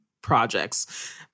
projects